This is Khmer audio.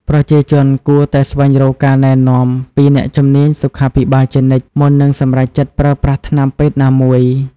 ប្រជាជនគួរតែស្វែងរកការណែនាំពីអ្នកជំនាញសុខាភិបាលជានិច្ច មុននឹងសម្រេចចិត្តប្រើប្រាស់ថ្នាំពេទ្យណាមួយ។